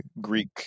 Greek